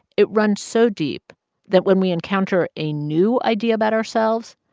it runs so deep that when we encounter a new idea about ourselves,